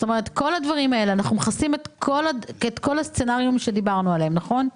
אנחנו מכסים את כל הסנצריו שדיברנו עליו, נכון?